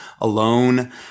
alone